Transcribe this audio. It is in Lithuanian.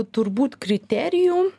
turbūt kriterijų